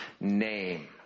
name